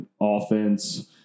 offense –